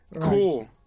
Cool